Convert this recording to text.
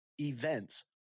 events